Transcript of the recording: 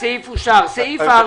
הצבעה בעד סעיף 3